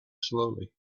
slowly